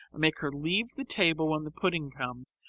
make her leave the table when the pudding comes,